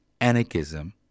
anarchism